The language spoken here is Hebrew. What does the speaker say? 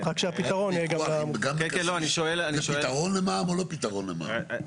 זה פתרון למע"מ או לא פתרון למע"מ?